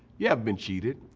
you have been cheated.